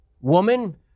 woman